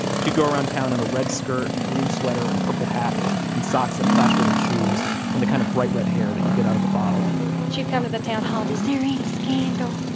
she'd go around town in a red skirt and green sweater and purple hat and socks that clashed with her shoes and the kind of bright red hair that you get out of a bottle she'd come to the town hall, is there any scandal?